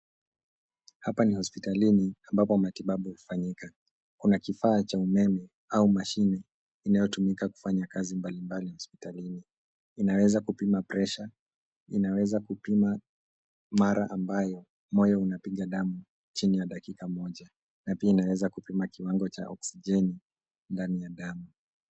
Hapa ni hopsitalini ambapo matibabu hufanyika. Kuna kifaa cha umeme au mashine inayotumika kufanya kazi mbalimbali hopsitalini. Inaweza kupima presha, inaweza kupima mara ambayo moyo inapiga damu kwa dakika moja na pia inaweza kupima kiwango cha oksijeni ndani ya damu.